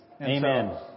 amen